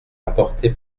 apporté